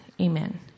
Amen